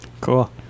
Cool